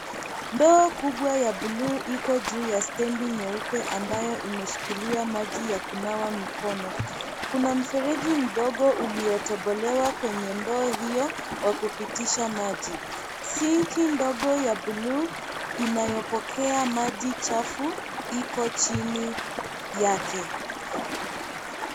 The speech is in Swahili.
Ndoo kubwa ya blue iko juu ya stendi nyeupe ambayo imeshikilia maji ya kunawa mikono. Kuna mfereji mdogo uliotobolewa kwenye ndoo hiyo kwa kupitisha maji. Sinki ndogo ya blue inayopokea maji chafu iko chini yake.